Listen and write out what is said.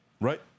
Right